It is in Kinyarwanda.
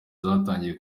zatangiye